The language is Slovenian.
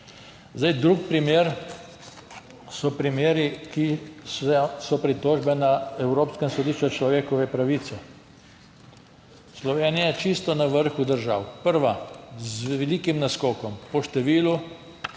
Drugi primer so primeri, ki so pritožbe na Evropskem sodišču za človekove pravice. Slovenija je čisto na vrhu držav, prva z velikim naskokom po številu